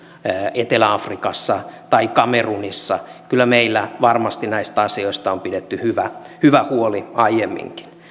etelä afrikassa tai kamerunissa kyllä meillä varmasti näistä asioista on pidetty hyvä hyvä huoli aiemminkin